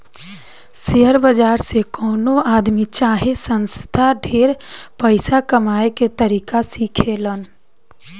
share बाजार से कवनो आदमी चाहे संस्था ढेर पइसा कमाए के तरीका सिखेलन